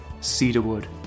cedarwood